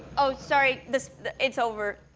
oh, sorry. the it's over.